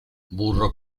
burro